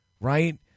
right